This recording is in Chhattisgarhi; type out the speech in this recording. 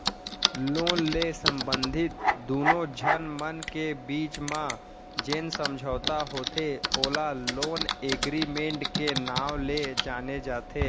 लोन ले संबंधित दुनो झन मन के बीच म जेन समझौता होथे ओला लोन एगरिमेंट के नांव ले जाने जाथे